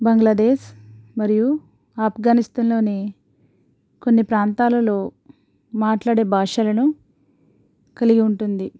బంగ్లాదేశ్ మరియు ఆఫ్ఘనిస్తాన్లోని కొన్ని ప్రాంతాలలో మాట్లాడే భాషలను కలిగి ఉంటుంది